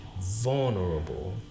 vulnerable